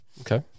Okay